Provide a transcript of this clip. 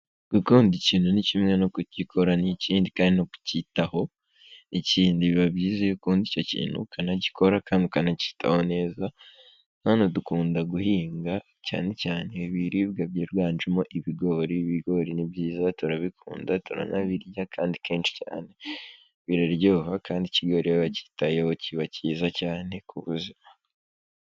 Gukunda ikintu ni kimwe no kugikora ni ikindi kandi no kukitaho. Ikindi biba byiza iyo ukunda icyo kintu ukanagikora kandi ukanakitaho neza. Hano dukunda guhinga cyane cyane ibiribwa byiganjemo ibigori. Ibigori ni byiza turabikunda turanabirya kandi kenshi cyane. Biraryoha kandi ikigori iyo wakitayeho kiba kiza cyane ku buzima.